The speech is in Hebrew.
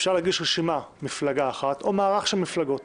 אפשר להגיש רשימה מפלגה אחת או מערך של מפלגות.